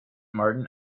martin